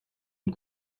und